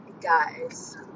Guys